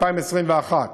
2021,